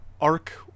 arc